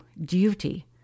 Duty